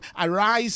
arise